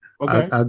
okay